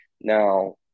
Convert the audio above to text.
Now